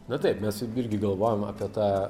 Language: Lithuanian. na taip mes juk irgi galvojam apie tą